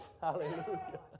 Hallelujah